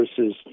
versus